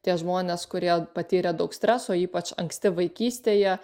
tie žmonės kurie patyrė daug streso ypač anksti vaikystėje